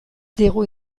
digu